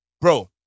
Bro